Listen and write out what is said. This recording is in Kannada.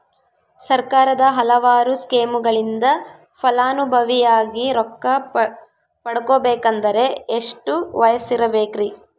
ಸರ್ಕಾರದ ಹಲವಾರು ಸ್ಕೇಮುಗಳಿಂದ ಫಲಾನುಭವಿಯಾಗಿ ರೊಕ್ಕ ಪಡಕೊಬೇಕಂದರೆ ಎಷ್ಟು ವಯಸ್ಸಿರಬೇಕ್ರಿ?